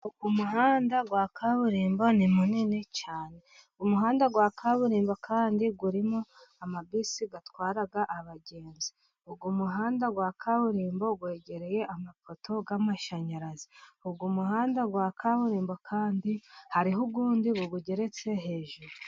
Umuhanda wa kaburimbo ni munini cyane. Umuhanda wa kaburimbo kandi urimo amabisi atwara abagenzi ,uwo muhanda wa kaburimbo wegereye amapoto y'amashanyarazi, uwo muhanda wa kaburimbo kandi hariho undi uwugeretse hejuru.